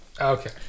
Okay